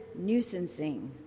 nuisancing